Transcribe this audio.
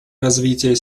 развитие